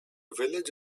village